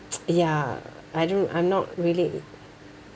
ya I don't I'm not really